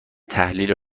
تحلیل